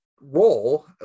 role